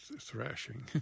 thrashing